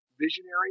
visionary